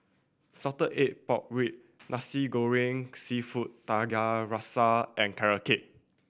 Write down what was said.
salted egg pork rib Nasi Goreng Seafood Tiga Rasa and Carrot Cake